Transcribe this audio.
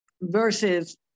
versus